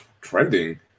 trending